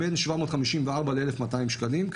בין 754 ל-1,200 שקלים,